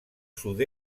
sud